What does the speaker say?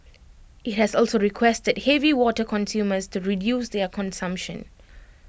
IT has also requested heavy water consumers to reduce their consumption